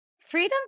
Freedom